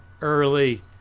early